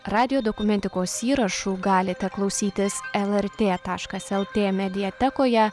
radijo dokumentikos įrašų galite klausytis lrt tašas lt mediatekoje